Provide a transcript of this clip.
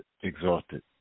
exhausted